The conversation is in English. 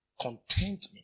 contentment